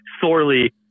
sorely